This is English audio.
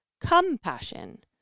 Compassion